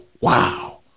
Wow